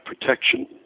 protection